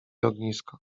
ognisko